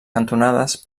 cantonades